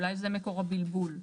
אולי זה מקור הבלבול.